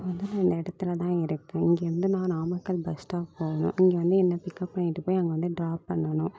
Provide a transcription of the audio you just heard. இப்போ வந்து நான் இந்த இடத்துலதான் இருக்கேன் இங்கேருந்து நான் நாமக்கல் பஸ் ஸ்டாப் போகணும் இங்கே வந்து என்ன பிக்கப் பண்ணிட்டு போய் அங்கே வந்து என்ன ட்ராப் பண்ணணும்